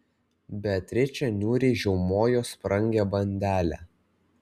beatričė niūriai žiaumojo sprangią bandelę